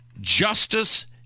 justice